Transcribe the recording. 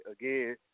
Again